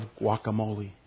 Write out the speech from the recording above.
guacamole